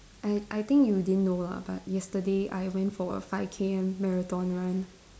I I think you didn't know lah but yesterday I went for a five K_M marathon run